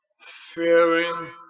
fearing